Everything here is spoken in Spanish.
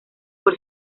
por